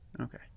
okay